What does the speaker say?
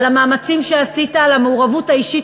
על המאמצים שעשית ועל המעורבות האישית